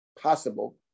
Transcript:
possible